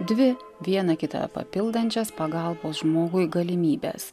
dvi vieną kitą papildančias pagalbos žmogui galimybes